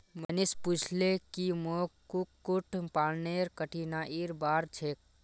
मनीष पूछले की मोक कुक्कुट पालनेर कठिनाइर बार छेक